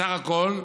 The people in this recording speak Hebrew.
בסך הכול,